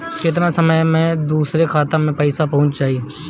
केतना समय मं दूसरे के खाता मे पईसा पहुंच जाई?